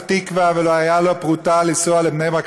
תקווה ולא הייתה לו פרוטה לנסוע לבני ברק,